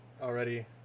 already